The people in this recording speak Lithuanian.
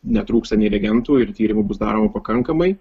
netrūksta nei reagentų ir tyrimų bus daroma pakankamai